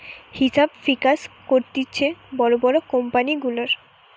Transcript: হিসাব মিকাস করতিছে বড় বড় কোম্পানি গুলার